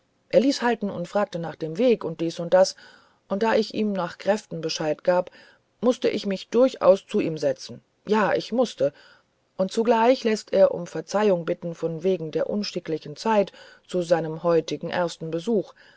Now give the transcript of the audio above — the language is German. er ließ halten und fragte nach dem wege und dies und das und da ich ihm nach kräften bescheid gab mußte ich mich durchaus zu ihm setzen ja ich mußte und zugleich läßt er um verzeihung bitten von wegen der unschicklichen zeit zu seinem heutigen ersten besuch